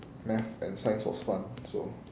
math and science was fun so